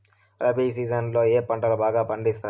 rabi season లో ఏ పంటలు బాగా పండిస్తారు